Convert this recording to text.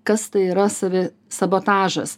kas tai yra savi sabotažas